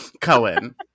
Cohen